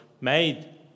made